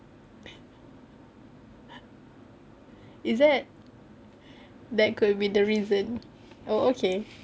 is that that could be the reason oh okay